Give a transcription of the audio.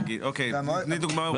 אוקיי, נגיד, אז תתני דוגמאות.